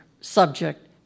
subject